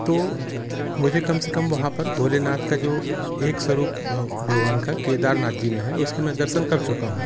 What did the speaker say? तो मुझे कम से कम वहाँ पर भोलेनाथ का जो एक स्वरूप भगवान का केदारनाथ जी में है उसकी मैं दर्शन कर चुका हूँ